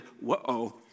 Whoa